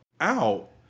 out